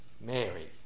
Mary